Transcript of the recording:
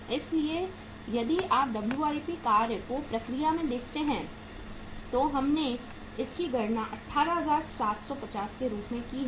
इसलिए यदि आप डब्ल्यूआईपी WIP कार्य को प्रक्रिया में देखते हैं तो हमने इसकी गणना 18750 के रूप में की है